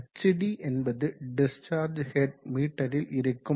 hd என்பது discharge head மீட்டரில் இருக்கும்